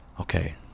Okay